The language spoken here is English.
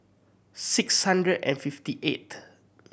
six hundred and fifty eighth